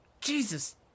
Jesus